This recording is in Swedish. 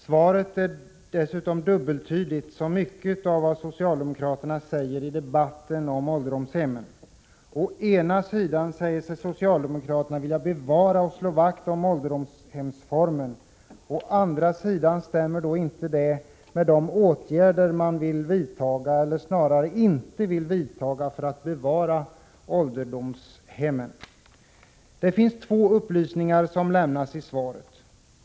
Svaret är dessutom dubbeltydigt, som mycket av vad socialdemokraterna säger i debatten om ålderdomshemmen. Å ena sidan säger sig socialdemokraterna vilja bevara och slå vakt om ålderdomshemsformen. Detta stämmer å andra sidan inte med de åtgärder man vill vidta — eller 7 snarare inte vill vidta — för att bevara ålderdomshemmen. I svaret lämnas två upplysningar.